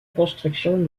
construction